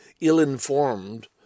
ill-informed